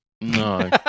No